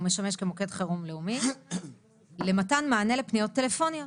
הוא משמש כמוקד חירום לאומי למתן מענה לפניות טלפוניות.